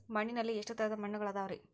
ಮಣ್ಣಿನಲ್ಲಿ ಎಷ್ಟು ತರದ ಮಣ್ಣುಗಳ ಅದವರಿ?